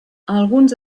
alguns